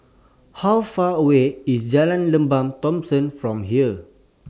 How Far away IS Jalan Lembah Thomson from here